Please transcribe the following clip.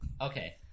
Okay